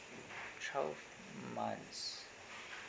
twelve months